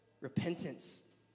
Repentance